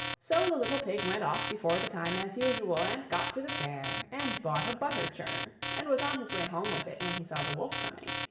so the little pig went off before the time, as usual, and got to the fair, and bought a butter churn, and was on his way home with it when he saw the wolf coming.